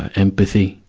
empathy.